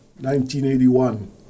1981